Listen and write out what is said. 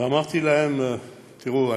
ואמרתי להם: תראו,